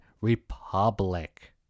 Republic